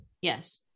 yes